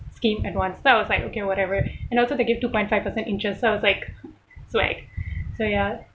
scheme at once so I was like okay whatever and also they give two point five percent interest so I was like swag so ya